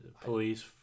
police